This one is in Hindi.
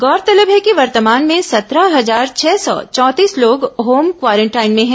गौरतलब है कि वर्तमान में सत्रह हजार छह सौ चौंतीस लोग होम क्वारेंटाइन में है